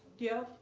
yeah,